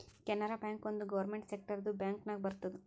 Canara bank ಒಂದ್ government ಸೆಕ್ಟರ್ದು bank ನಾಗ್ ಬರ್ತುದ್